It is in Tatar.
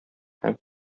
һәм